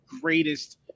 greatest